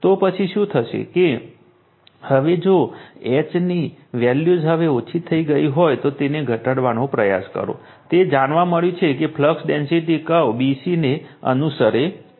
તો તે પછી શું થશે કે હવે જો H ની વેલ્યૂઝ હવે ઓછી થઈ ગઈ હોય તો તેને ઘટાડવાનો પ્રયાસ કરો તે જાણવા મળ્યું છે કે flux density curve b c ને અનુસરે છે